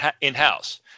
in-house